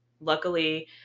Luckily